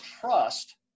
trust